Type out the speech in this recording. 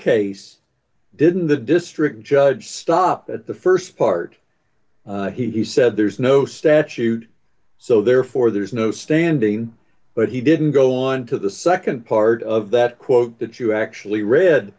case didn't the district judge stop at the st part he said there's no statute so therefore there is no standing but he didn't go on to the nd part of that quote that you actually read